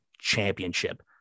Championship